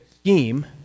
scheme